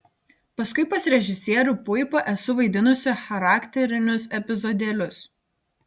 paskui pas režisierių puipą esu vaidinusi charakterinius epizodėlius